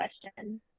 question